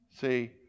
See